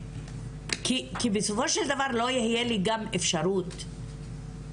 כי בסופו של דבר לא תהיה לי גם אפשרות לבדוק,